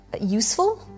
useful